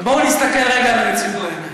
בואו ונסתכל רגע על המציאות בעיניים.